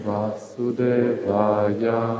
Vasudevaya